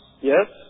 Yes